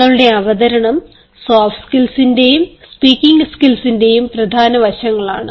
നിങ്ങളുടെഅവതരണം soft സ്കിൽസിന്റെയും speaking സ്കിൽസിന്റെയും പ്രധാന വശങ്ങളാണ്